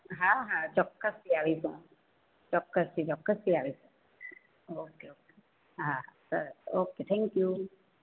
હા હા ચોક્કસ થી આવીશ હું ચોક્કસથી ચોક્કસથી આવીશ ઓકે ઓકે હા સરસ ઓકે થેંક્યુ